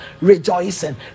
rejoicing